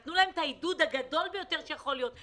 ונתנו להם את העידוד הגדול ביותר שיכול להיות.